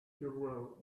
squirrel